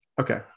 Okay